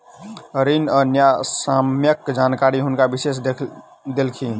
ऋण आ न्यायसम्यक जानकारी हुनका विशेषज्ञ देलखिन